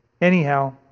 Anyhow